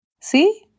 See